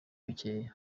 bikeya